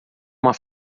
uma